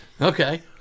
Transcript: Okay